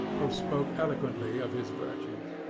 who spoke eloquently of his virtues.